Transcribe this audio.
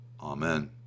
Amen